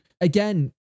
Again